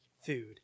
food